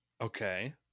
okay